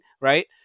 right